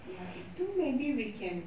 ya itu maybe we can